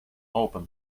open